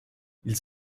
ils